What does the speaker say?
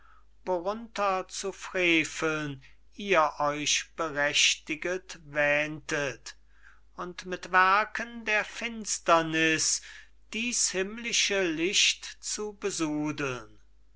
worunter zu freveln ihr euch berechtiget wähntet und mit werken der finsterniß diß himmlische licht zu